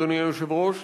אדוני היושב-ראש,